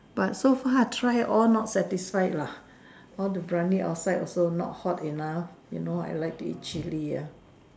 but so far I tried all not satisfied lah all the Biryani outside also not hot enough you know I like to eat chilli ah